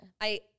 I-